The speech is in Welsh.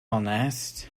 onest